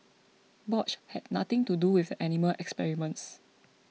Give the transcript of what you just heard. Bosch had nothing to do with the animal experiments